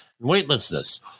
weightlessness